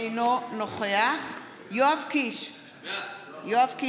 אינו נוכח יואב קיש, בעד